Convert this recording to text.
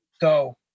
go